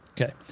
Okay